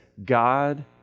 God